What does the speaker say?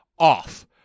off